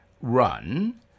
run